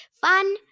Fun